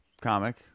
comic